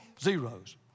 zeros